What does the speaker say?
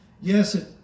Yes